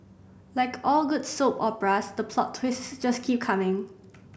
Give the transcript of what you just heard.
like all good soap operas the plot twists just keep coming